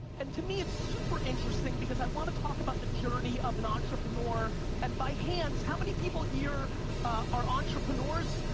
and to me it's super interesting because i want to talk about the journey of an entrepreneur and by hands, how many people here are entrepreneurs?